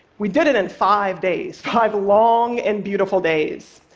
we did it in five days five long and beautiful days.